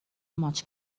ماچ